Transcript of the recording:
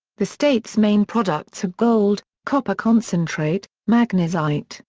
the state's main products are gold, copper concentrate, magnesite,